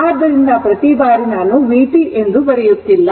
ಆದ್ದರಿಂದ ಪ್ರತಿ ಬಾರಿ ನಾನು vt ಅನ್ನು ಬರೆಯುತ್ತಿಲ್ಲ